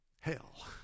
hell